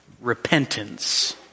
repentance